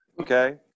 Okay